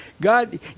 God